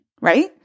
right